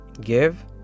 Give